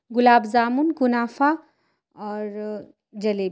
گلاب جامن کنافہ اور جلیب